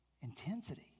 intensity